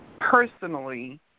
personally